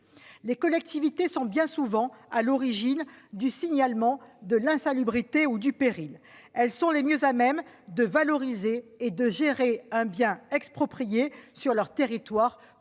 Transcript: Les collectivités sont bien souvent à l'origine du signalement de l'insalubrité ou du péril. Elles sont mieux à même que l'État de valoriser et de gérer un bien exproprié sur leur territoire.